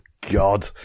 God